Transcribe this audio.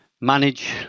manage